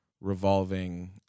revolving